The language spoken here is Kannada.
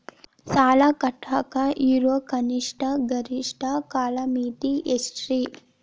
ಸಾಲ ಕಟ್ಟಾಕ ಇರೋ ಕನಿಷ್ಟ, ಗರಿಷ್ಠ ಕಾಲಮಿತಿ ಎಷ್ಟ್ರಿ?